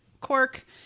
cork